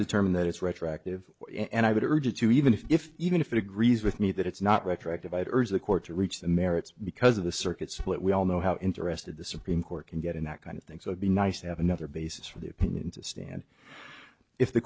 determine that it's retroactive and i would urge you to even if even if it agrees with me that it's not retroactive i'd urge the court to reach the merits because of the circuits that we all know how interested the supreme court can get in that kind of things would be nice to have another basis for the opinion to stand if the